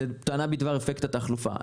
היא טענה בדבר אפקט התחלופה.